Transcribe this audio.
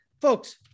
folks